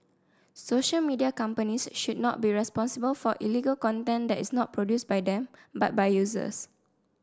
social media companies should not be responsible for illegal content that is not produced by them but by users